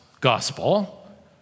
gospel